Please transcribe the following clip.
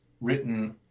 written